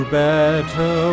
better